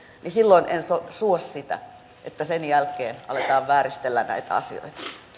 niin minä en hyväksy enkä suo sitä että sen jälkeen aletaan vääristellä näitä asioita